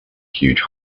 huge